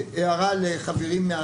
הערה לחברים.